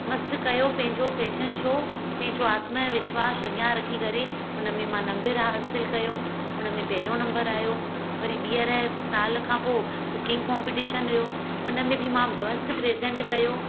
मस्तु कयो पंहिंजो फैशन शो पंहिंजो आत्मविश्वास अॻियां रखी करे उन में मां नंबर हासिलु कयो उनमें पहिरों नंबर आयो वरी ॿिये साल खां पोइ कुकिंग कॉम्पिटीशन हुओ उनमें बि मां मस्तु प्रेज़ेंट कयो